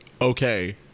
okay